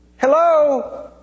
hello